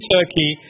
Turkey